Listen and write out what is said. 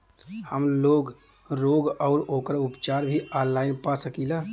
हमलोग रोग अउर ओकर उपचार भी ऑनलाइन पा सकीला?